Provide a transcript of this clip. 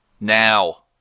Now